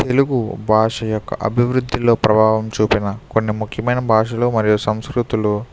తెలుగు భాష యొక్క అభివృద్ధిలో ప్రభావం చూపిన కొన్ని ముఖ్యమైన భాషలు మరియు సంస్కృతులు